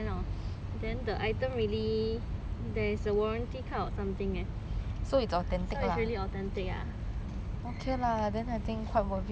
there is a warranty card or something eh so actually authentic ah